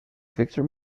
victor